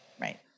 right